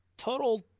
Total